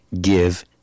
give